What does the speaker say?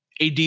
AD